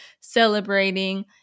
celebrating